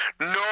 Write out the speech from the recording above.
no